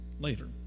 later